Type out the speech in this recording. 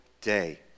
day